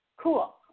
Cool